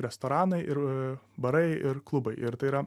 restoranai ir barai ir klubai ir tai yra